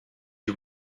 you